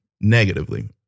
negatively